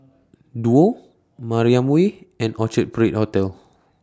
Duo Mariam Way and Orchard Parade Hotel